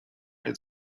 had